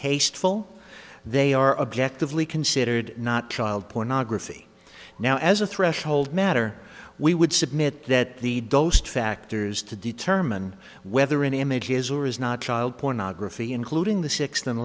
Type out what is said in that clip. distasteful they are objectively considered not child pornography now as a threshold matter we would submit that the dosed factors to determine whether an image is or is not child pornography including the six the